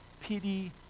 Pity